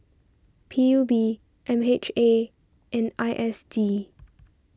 P U B M H A and I S D